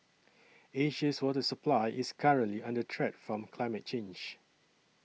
Asia's water supply is currently under threat from climate change